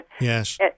Yes